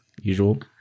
usual